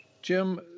Jim